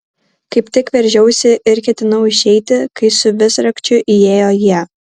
kaip tik veržiausi ir ketinau išeiti kai su visrakčiu įėjo jie